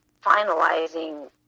finalizing